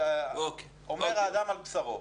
אומר האדם על בשרו.